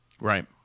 Right